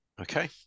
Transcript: Okay